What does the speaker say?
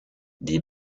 des